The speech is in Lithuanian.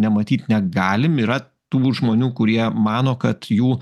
nematyt negalim yra tų žmonių kurie mano kad jų